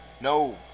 No